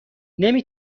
نمی